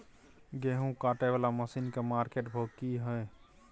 गेहूं काटय वाला मसीन के मार्केट भाव की हय?